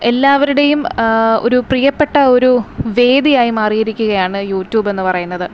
എല്ലാവരുടെയും ഒരു പ്രിയപ്പെട്ട ഒരു വേദിയായി മാറിയിരിക്കുകയാണ് യൂട്യൂബ് എന്ന് പറയുന്നത്